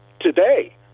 today